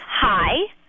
hi